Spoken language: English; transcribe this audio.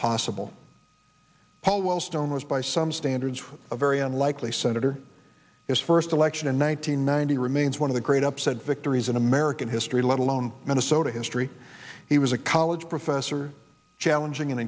possible paul wellstone was by some standards a very unlikely senator his first election in one nine hundred ninety remains one of the great upset victories in american history let alone minnesota history he was a college professor challenging an